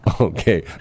Okay